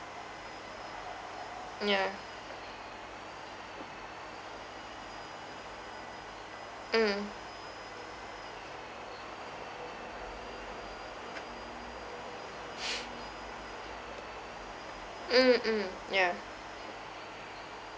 mm ya mm mm mm ya